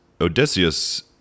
Odysseus